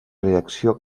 reacció